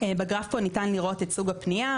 בגרף ניתן לראות את סוג הפנייה.